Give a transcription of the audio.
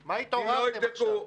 מה התעוררתם עכשיו?